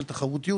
של תחרותיות,